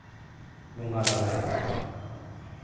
ᱵᱚᱸᱜᱟ ᱛᱟᱞᱟᱭᱮᱫ ᱠᱚᱣᱟ